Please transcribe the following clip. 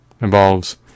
involves